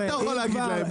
מה אתה יכול להגיד להם?